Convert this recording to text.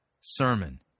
sermon